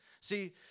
See